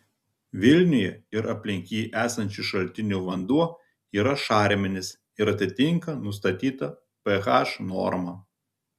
vilniuje ir aplink jį esančių šaltinių vanduo yra šarminis ir atitinka nustatytą ph normą